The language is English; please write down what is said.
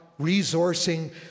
resourcing